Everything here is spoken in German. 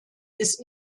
ist